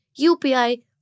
UPI